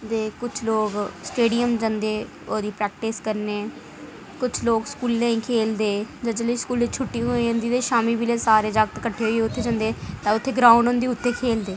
ते कुछ लोग स्टेडियम जंदे ओह्दी प्रैक्टिस करने गी कुछ लोक स्कूलें ई खेल्लदे जां फ्ही स्कूलें ई छुट्टी होई जंदी ते शामीं बेल्लै सारे जागत् किट्ठे होइयै उत्थै जंदे उत्थै ग्राउंड होंदी उत्थै खेल्लदे